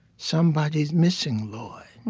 somebody's missing, lord,